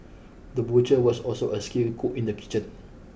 the butcher was also a skilled cook in the kitchen